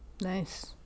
Nice